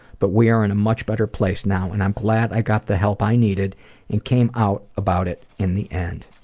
but we are in a much better place now and i'm glad i got the help i needed and came out about it in the end.